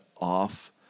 off